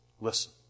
listen